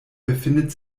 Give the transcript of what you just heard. befindet